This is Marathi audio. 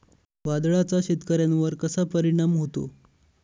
वादळाचा शेतकऱ्यांवर कसा परिणाम होतो?